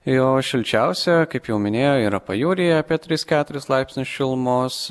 jo o šilčiausia kaip jau minėjau yra pajūryje apie tris keturis laipsnius šilumos